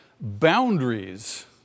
boundaries